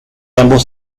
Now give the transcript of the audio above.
ambos